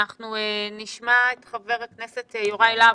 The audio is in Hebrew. אנחנו נשמע את חבר הכנסת יוראי להב,